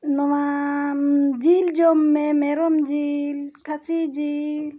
ᱱᱚᱣᱟ ᱡᱤᱞ ᱡᱚᱢ ᱢᱮ ᱢᱮᱨᱚᱢ ᱡᱤᱞ ᱠᱷᱟᱹᱥᱤ ᱡᱤᱞ